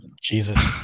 Jesus